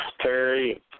Terry